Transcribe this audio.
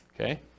Okay